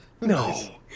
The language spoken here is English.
No